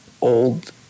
old